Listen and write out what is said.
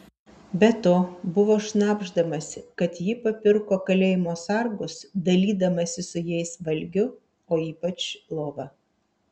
be to buvo šnabždamasi kad ji papirko kalėjimo sargus dalydamasi su jais valgiu o ypač lova